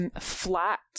flat